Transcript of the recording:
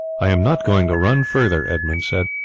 i am not going to run further, edmund said.